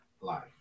life